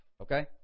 okay